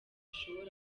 bishobora